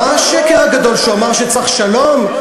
מה השקר הגדול, שהוא אמר שצריך שלום?